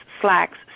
slacks